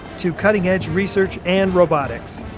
to cutting edge research and robotics.